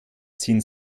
ziehen